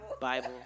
Bible